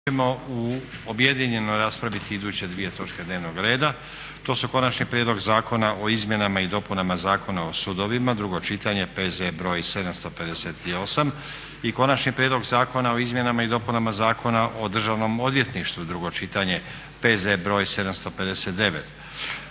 objedinjeno raspraviti iduće dvije točke dnevnog reda, to su: - Konačni prijedlog Zakona o izmjenama i dopunama Zakona o sudovima, drugo čitanje, P.Z. br. 758; - Konačni prijedlog Zakona o izmjenama i dopunama Zakona o Državnom odvjetništvu, drugo čitanje, P.Z. br. 759;